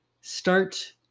start